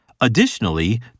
Additionally